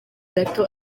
gato